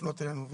לפנות אלינו.